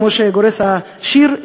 כמו שגורס השיר,